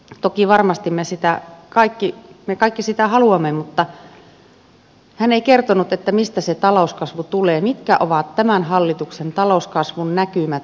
toki varmasti me kaikki sitä haluamme mutta hän ei kertonut mistä se talouskasvu tulee mitkä ovat tämän hallituksen talouskasvunäkymät